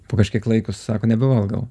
po kažkiek laiko sako nebevalgau